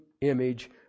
image